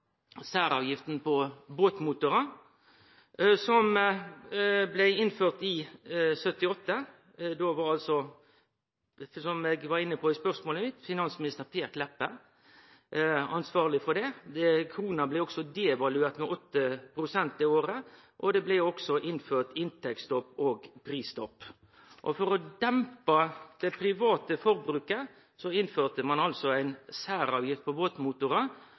var – som eg var inne på i replikken min – finansminister Per Kleppe ansvarleg for det. Krona blei også devaluert med 8 pst. det året, og det blei innført inntektsstopp og prisstopp. For å dempe det private forbruket innførte ein ei særavgift på båtmotorar,